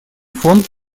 фонд